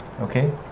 okay